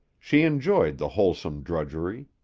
she enjoyed the wholesome drudgery.